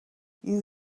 you